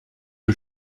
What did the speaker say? que